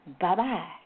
bye-bye